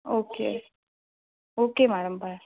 okay okay madam bye